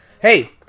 Hey